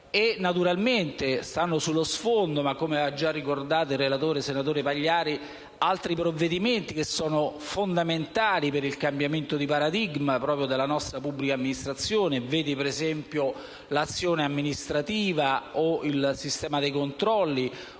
Naturalmente stanno sullo sfondo, come ha ricordato il relatore, senatore Pagliari, altri provvedimenti fondamentali per il cambiamento di paradigma della nostra pubblica amministrazione: ad esempio, l'azione amministrativa o il sistema dei controlli.